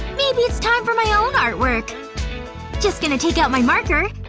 maybe it's time for my own artwork just gonna take out my marker